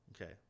Okay